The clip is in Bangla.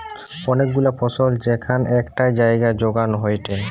অনেক গুলা ফসল যেখান একটাই জাগায় যোগান হয়টে